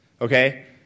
okay